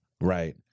Right